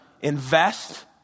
invest